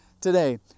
today